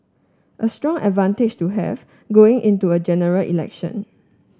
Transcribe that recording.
a strong advantage to have going into a General Election